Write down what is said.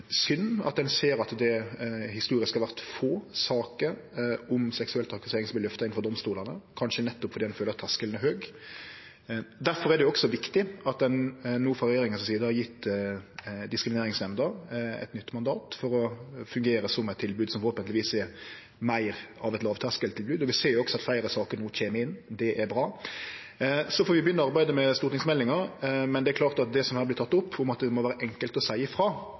at ein ser at det historisk har vore få saker om seksuell trakassering som har vore løfta inn for domstolane, kanskje nettopp fordi ein føler at terskelen er høg. Difor er det også viktig at ein no frå regjeringa si side har gjeve Diskrimineringsnemnda eit nytt mandat for å fungere som eit tilbod som forhåpentlegvis er meir av eit lågterskeltilbod. Vi ser også at fleire saker no kjem inn. Det er bra. Så får vi begynne å arbeide med stortingsmeldinga, men det er klart at det som her vert teke opp, at det må vere enkelt å seie frå, og at folk må føle seg trygge når dei seier frå,